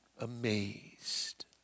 amazed